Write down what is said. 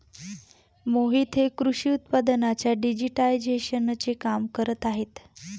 मोहित हे कृषी उत्पादनांच्या डिजिटायझेशनचे काम करत आहेत